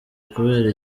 kubera